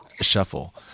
shuffle